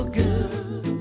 good